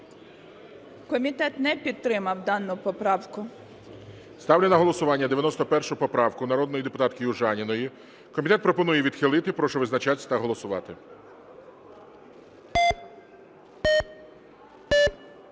Комітет не підтримав дану поправку. ГОЛОВУЮЧИЙ. Ставлю на голосування 91 поправку народної депутатки Южаніної. Комітет пропонує її відхилити. Прошу визначатися та голосувати.